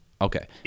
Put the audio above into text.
Okay